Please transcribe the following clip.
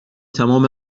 تمام